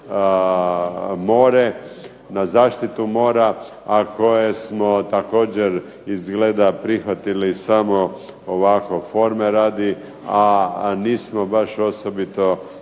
na zaštitu mora, a koje smo također izgleda prihvatili samo ovako forme radi, a nismo baš osobito